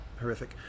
horrific